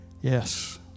Yes